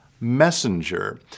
messenger